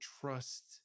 trust